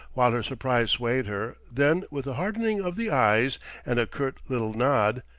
while her surprise swayed her then with a hardening of the eyes and a curt little nod,